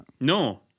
No